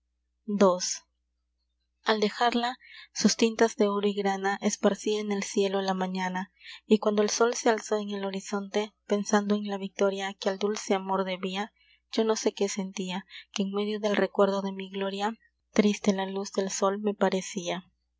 ii al dejarla sus tintas de oro y grana esparcia en el cielo la mañana y cuando el sol se alzó en el horizonte pensando en la victoria que al dulce amor debia yo no sé qué sentia que en medio del recuerdo de mi gloria triste la luz del sol me parecia